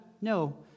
No